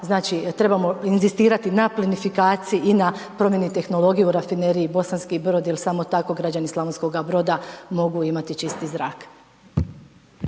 Znači trebamo inzistirati na plinofikaciji i na promjeni tehnologije u rafineriji Bosanski Brod jer samo tako građani slavonskog Broda mogu imati čisti zrak.